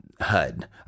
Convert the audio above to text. HUD